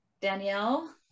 Danielle